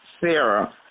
Sarah